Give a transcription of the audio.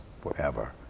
forever